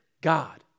God